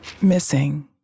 Missing